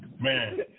Man